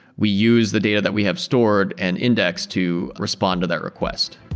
we use the data that we have stored and index to respond to that request.